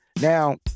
Now